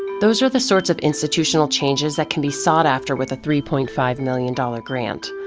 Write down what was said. those are the sorts of institutional changes that can be sought after with a three point five million dollar grant.